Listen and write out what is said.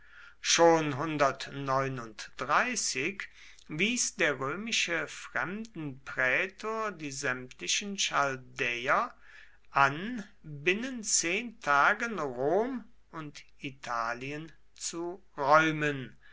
schon wies der römische fremdenprätor die sämtlichen chaldäer an binnen zehn tagen rom und italien zu räumen